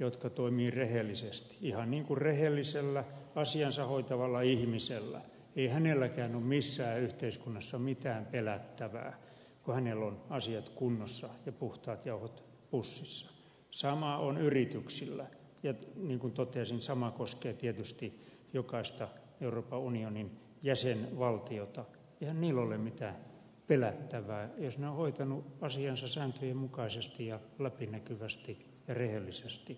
jotka toimivat rehellisesti ihan niin kuin rehellisellä asiansa hoitavalla ihmisellä ei hänelläkään ole missään yhteiskunnassa mitään pelättävää kun hänellä on asiat kunnossa ja puhtaat jauhot pussissa sama on yrityksillä ja niin kuin totesin sama koskee tietysti jokaista euroopan unionin jäsenvaltiota ei ole mitään pelättävää jos ne ovat hoitaneet asiansa sääntöjen mukaisesti ja läpinäkyvästi ja rehellisesti